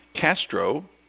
Castro